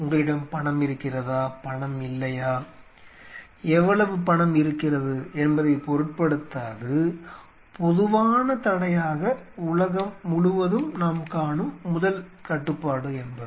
உங்களிடம் பணம் இருக்கிறதா பணம் இல்லையா எவ்வளவு பணம் இருக்கிறது என்பதைப் பொருட்படுத்தாது பொதுவான தடையாக உலகம் முழுவதும் நாம் காணும் முதல் கட்டுப்பாடு என்பது